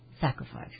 sacrifice